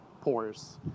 pores